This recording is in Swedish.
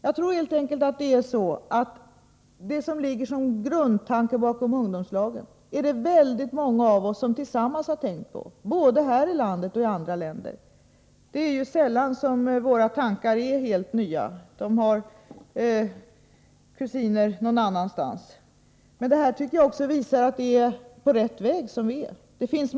Jag tror helt enkelt att det som ligger såsom grund till ungdomslagen är någonting som väldigt många har tänkt på både här i landet och i andra länder. Sällan är våra tankar helt nya. De har kusiner någonstans. Men detta visar också att vi är på rätt väg.